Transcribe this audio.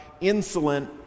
insolent